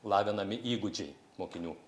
lavinami įgūdžiai mokinių